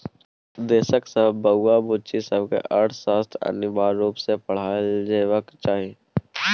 देशक सब बौआ बुच्ची सबकेँ अर्थशास्त्र अनिवार्य रुप सँ पढ़ाएल जेबाक चाही